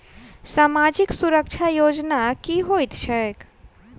सामाजिक सुरक्षा योजना की होइत छैक?